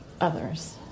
others